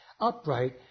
upright